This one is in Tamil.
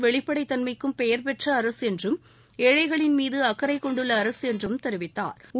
வெளிப்படைத்தன்மைக்கும் பெயர் பெற்ற அரசு என்றும் ஏழைகளின் மீது அக்கரை கொண்டுள்ள அரசு என்று தெரிவித்தாா்